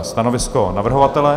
Stanovisko navrhovatele?